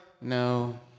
No